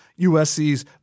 USC's